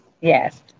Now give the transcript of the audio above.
yes